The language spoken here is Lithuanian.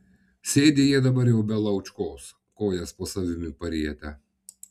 sėdi jie dabar jau be laučkos kojas po savimi parietę